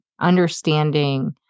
understanding